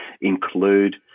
include